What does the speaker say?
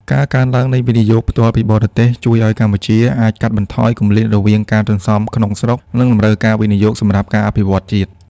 ការកើនឡើងនៃ វិនិយោគផ្ទាល់ពីបរទេស ជួយឱ្យកម្ពុជាអាចកាត់បន្ថយគម្លាតរវាងការសន្សំក្នុងស្រុក និងតម្រូវការវិនិយោគសម្រាប់ការអភិវឌ្ឍជាតិ។